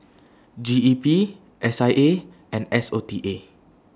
G E P S I A and S O T A